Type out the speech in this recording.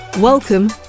Welcome